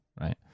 right